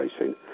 racing